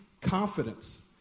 confidence